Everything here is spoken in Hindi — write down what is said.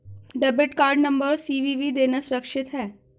डेबिट कार्ड नंबर और सी.वी.वी देना सुरक्षित है?